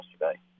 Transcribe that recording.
yesterday